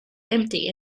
empty